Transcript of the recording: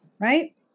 right